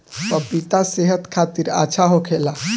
पपिता सेहत खातिर अच्छा होखेला